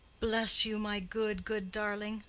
bless you, my good, good darling!